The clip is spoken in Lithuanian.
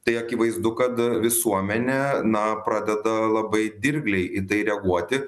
tai akivaizdu kad visuomenė na pradeda labai dirgliai į tai reaguoti